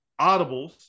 Audibles